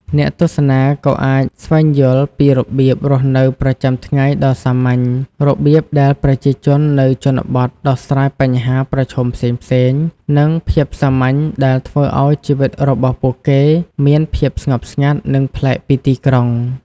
អ្នកទស្សនាក៏អាចស្វែងយល់ពី របៀបរស់នៅប្រចាំថ្ងៃដ៏សាមញ្ញ របៀបដែលប្រជាជននៅជនបទដោះស្រាយបញ្ហាប្រឈមផ្សេងៗ និង ភាពសាមញ្ញដែលធ្វើឱ្យជីវិតរបស់ពួកគេមានភាពស្ងប់ស្ងាត់ និងប្លែកពីទីក្រុង។